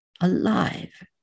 alive